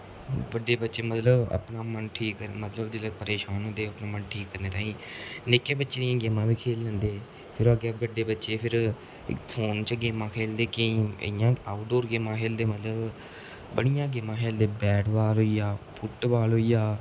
बड्डे बच्चे मतलब अपना मन ठीक करने मतलब जेल्लै परेशान होंदे अपना मन ठीक करने ताईं निक्के बच्चें दियां गेमां बी खेली लैंदे फिर अग्गें बड्डे बच्चे फिर फोन च गेमां खेलदे केईं इ'यां आउट डोर गेमां खेलदे मतलब बड़ियां गेमां खेलदे बैट बाल होई गेआ फुट बॉल होई गेआ